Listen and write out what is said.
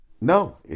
No